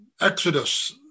Exodus